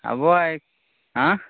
आबो आइ आँ